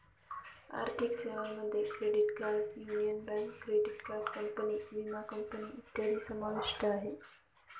आर्थिक सेवांमध्ये credit union, bank, credit card company, विमा कंपनी इत्यादी समाविष्ट आहे